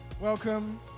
welcome